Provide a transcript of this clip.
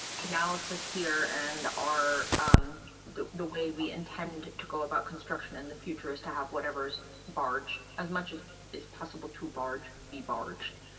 analysis here. and our the the way we intend to go about construction in the future is to have whatever's barge as much as is possible to barge be barged.